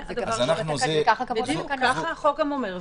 ככה החוק גם אומר,